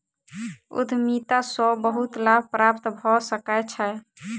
उद्यमिता सॅ बहुत लाभ प्राप्त भ सकै छै